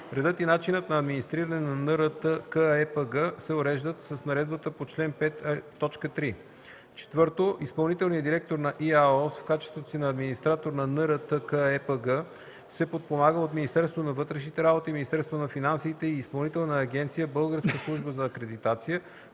Редът и начинът на администриране на НРТКЕПГ се уреждат с наредбата по чл. 5, т. 3. (4) Изпълнителният директор на ИАОС в качеството си на администратор на НРТКЕПГ се подпомага от Министерството на вътрешните работи, Министерството на финансите и Изпълнителна агенция „Българска служба за акредитация”